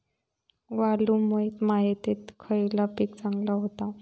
वालुकामय मातयेत खयला पीक चांगला होता?